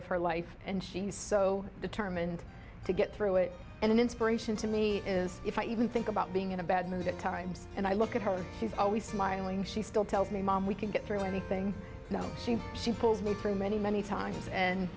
of her life and she's so determined to get through it and an inspiration to me is if i even think about being in a bad mood at times and i look at her she's always smiling she still tells me mom we can get through anything no she she pulls me for many many times and